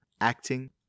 acting